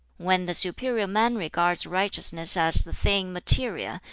when the superior man regards righteousness as the thing material,